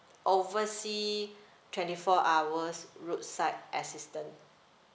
oversea twenty four hours roadside assistant